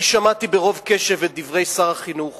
אני שמעתי ברוב קשב את דברי שר החינוך